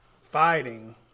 fighting